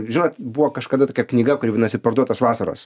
žinot buvo kažkada tokia knyga kuri vadinosi parduotos vasaros